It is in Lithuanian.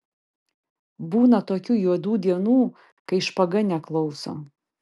būna tokių juodų dienų kai špaga neklauso